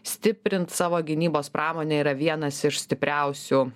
stiprint savo gynybos pramonę yra vienas iš stipriausių